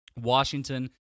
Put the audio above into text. Washington